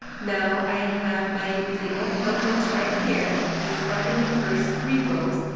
now i have my table of contents right here. these are in the first three rows.